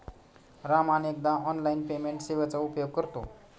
राम अनेकदा online payment सेवेचा उपयोग करतो